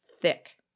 thick